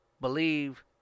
believe